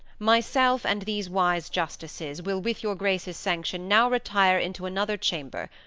myself, and these wise justices, will with your grace's sanction now retire into another chamber,